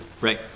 Right